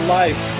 life